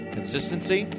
Consistency